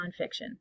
nonfiction